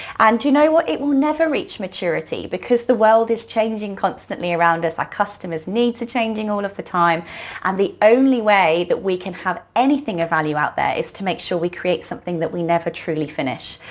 and you know what? it will never reach maturity because the world is changing constantly around us. our customers' needs are changing all of the time and the only way that we can have anything of value out there is to make sure we create something that we never truly finish.